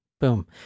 Boom